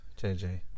JJ